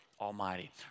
Almighty